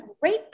great